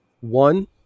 one